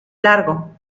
largo